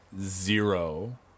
zero